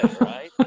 right